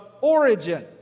origin